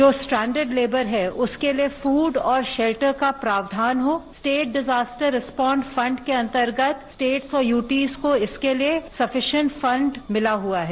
जो standard labour है उसके लिए फूड और शेटर का प्रावधान हो स्टेट डिजास्टर रिस्पॉऔन्सि फंड के अंतर्गत स्टेट को यूटीज को इसके लिए सफिसियट फंड मिला हुआ है